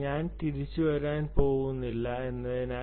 ഞാൻ തിരിച്ചുവരാൻ പോകുന്നില്ല എന്നതിനാൽ